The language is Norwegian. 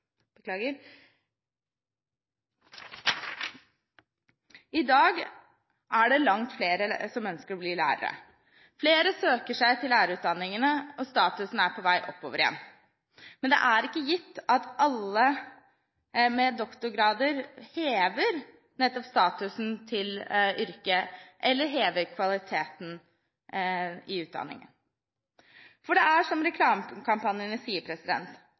læreryrket. I dag er det langt flere som ønsker å bli lærere. Flere søker seg til lærerutdanningene, og statusen er på vei oppover igjen. Men det er ikke gitt at alle med doktorgrad hever statusen til yrket, eller hever kvaliteten i utdanningen. For det er som reklamekampanjene sier: